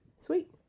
Sweet